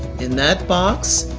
in that box,